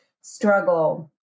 struggle